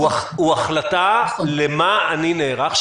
הוא החלטה למה אני נערך,